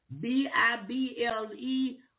B-I-B-L-E